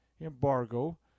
embargo